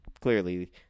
clearly